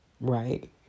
right